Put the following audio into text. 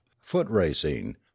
foot-racing